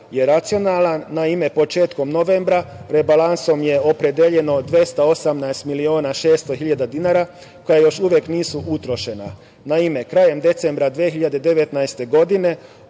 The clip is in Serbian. je racionalan. Naime, početkom novembra rebalansom je opredeljeno 218.600.000, koja još uvek nisu utrošena. Naime krajem decembra 2019. godine